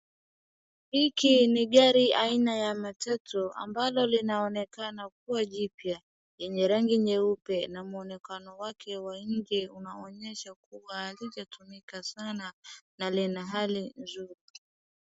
Hiki ni gari aina ya matatu ambalo linaonekana kuwa jipya yenye rangi nyeupe na mwonekano wake wa nje unaonyesha kuwa halijatumika sana na lina hali nzuri.